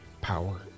power